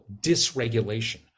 dysregulation